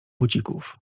bucików